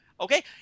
Okay